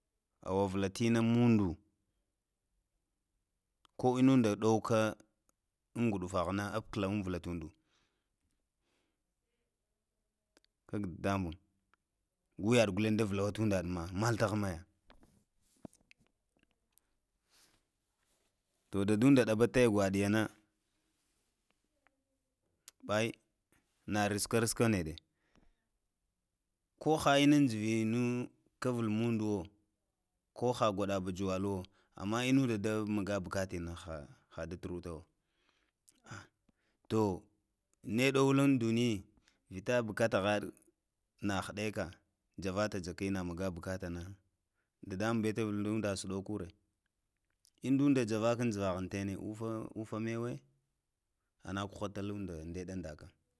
Awavula tina mudu, ko ina nunda ɗowka un gudufah nā apkala unvla ta undu gag dadamung guyah galen davula udaɗa mal tahn maya to daduɗa ɗabaw taya gwaɗ yā nā ɓai na ruska rusk ruska nede ko hā inin njivini kavul muduwo koha gwaɗa bajwalu wo ama ina nunda damaga baka tini hohā ta turuta wo to nedoh lun dunigi vita bakataha na hɗeka javatajata ina bakata nā dadamunbe tavul ndasɗokure jvaka umlene, unfa ɓeye ana kuhatalunda ndeɗa ndaka həe